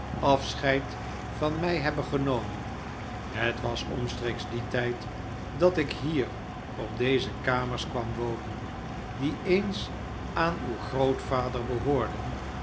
afscheid van mij hebben genomen het was omstreeks dien tijd dat ik hier op deze kamers kwam wonen die eens aan uw grootvader behoorden